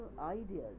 ideas